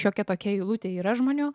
šiokia tokia eilutė yra žmonių